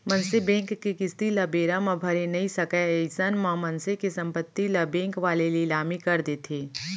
मनसे बेंक के किस्ती ल बेरा म भरे नइ सकय अइसन म मनसे के संपत्ति ल बेंक वाले लिलामी कर देथे